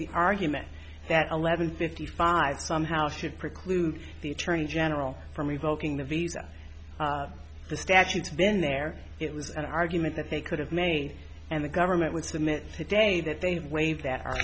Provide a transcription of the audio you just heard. the argument that eleven fifty five somehow should preclude the attorney general from revoking the visa the statutes been there it was an argument that they could have made and the government would submit today that they have waived that